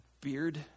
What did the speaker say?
beard